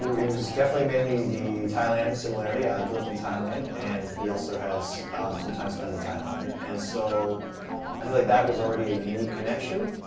it was definitely mainly the thailand similarity. i grew up in thailand and he also has some time spent in thailand, and so i feel like that was already a unique connection.